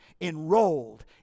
enrolled